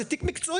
כי זה תיק מקצועי,